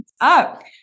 up